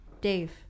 Dave